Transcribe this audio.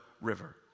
river